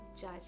judge